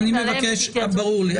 עליהם --- ברור לי.